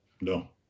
No